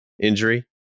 injury